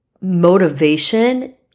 motivation